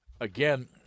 Again